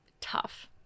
Tough